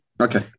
okay